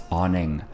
awning